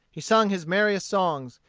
he sung his merriest songs.